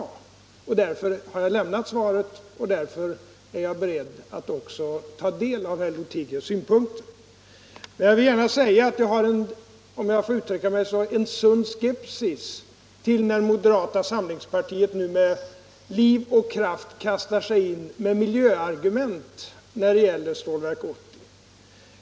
Det är av den anledningen jag har lämnat svaret nu, och därför är jag beredd att också ta del av herr Lothigius synpunkter. Jag vill emellertid säga, om jag får uttrycka mig så, att jag har en sund skepsis då moderata samlingspartiet nu med liv och lust kastar sig in i debatten med miljöargument när det gäller Stålverk 80.